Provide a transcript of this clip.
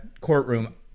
courtroom